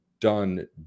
done